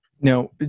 Now